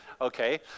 Okay